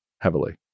heavily